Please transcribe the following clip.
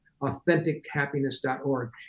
AuthenticHappiness.org